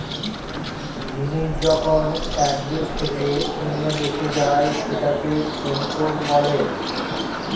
জিনিস যখন এক দেশ থেকে অন্য দেশে যায় সেটাকে ইম্পোর্ট বলে